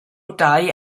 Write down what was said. dai